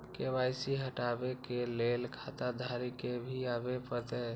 KYC हटाबै के लैल खाता धारी के भी आबे परतै?